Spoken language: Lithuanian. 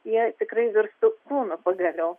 jie tikrai virstų kūnu pagaliau